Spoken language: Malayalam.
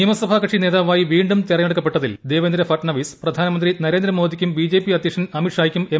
നിയമസഭാ കക്ഷി നേതാവായി വീണ്ടും തെരഞ്ഞെടുക്കപ്പെട്ടതിൽ ദേവേന്ദ്രഫട്നാവിസ് പ്രധാനമന്ത്രി നരേന്ദ്രമോദിക്കും ബിജെപി അദ്ധ്യക്ഷൻ അമിത്ഷായ്ക്കും എം